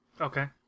Okay